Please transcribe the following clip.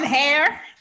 Hair